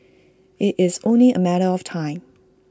IT is only A matter of time